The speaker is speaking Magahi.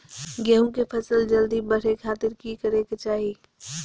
गेहूं के फसल जल्दी बड़े खातिर की करे के चाही?